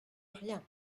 rien